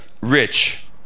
rich